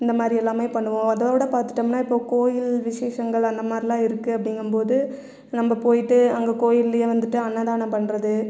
இந்த மாதிரி எல்லாம் பண்ணுவோம் அதோட பார்த்துட்டோம்னா இப்ப கோவில் விசேஷங்கள் அந்தமாதிரிலாம் இருக்கு அப்டிங்கும்போது நம்ம போய்ட்டு அங்கே கோவில்லையே வந்துட்டு அன்னதானம் பண்ணுறது